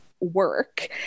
work